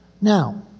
Now